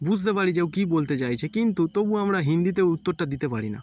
বুঝতে পারি যে ও কী বলতে চাইছে কিন্তু তবুও আমরা হিন্দিতে উত্তরটা দিতে পারি না